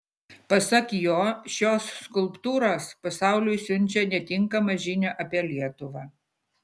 pasak jo šios skulptūros pasauliui siunčia netinkamą žinią apie lietuvą